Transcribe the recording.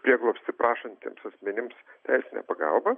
prieglobstį prašantiems asmenims teisinę pagalbą